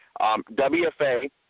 WFA